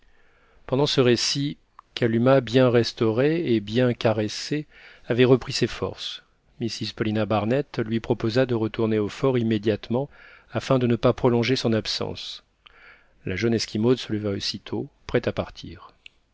pendant ce récit kalumah bien restaurée et bien caressée avait repris ses forces mrs paulina barnett lui proposa de retourner au fort immédiatement afin de ne pas prolonger son absence la jeune esquimaude se leva aussitôt prête à partir